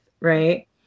Right